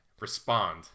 Respond